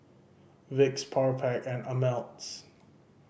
Vicks Powerpac and Ameltz